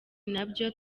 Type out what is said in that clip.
nabyo